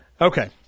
Okay